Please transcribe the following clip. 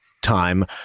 time